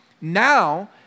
now